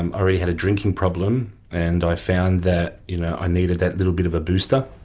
and already had a drinking problem and i found that you know i needed that little bit of a booster.